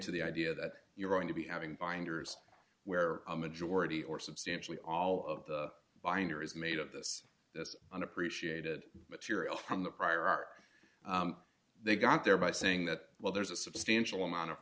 to the idea that you're going to be having binders where a majority or substantially all of the binder is made of this unappreciated material from the prior art they got there by saying that well there's a substantial amount of